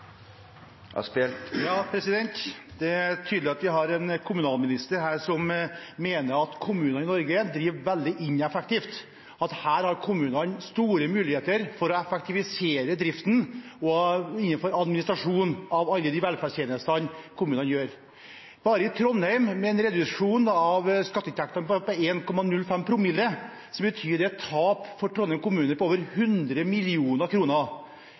Det er tydelig at vi har en kommunalminister som mener at kommuner i Norge driver veldig ineffektivt, og at kommunene har store muligheter for å effektivisere driften innenfor administrasjon av alle de velferdstjenestene kommunene leverer. Bare i Trondheim betyr en reduksjon av skatteinntektene på bare 1,05 promille et tap for Trondheim kommune på over 100